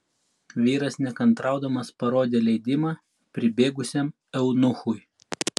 vyras nekantraudamas parodė leidimą pribėgusiam eunuchui